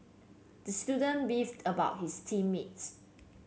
the student beefed about his team mates